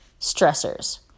stressors